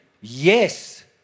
yes